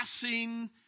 passing